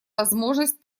возможность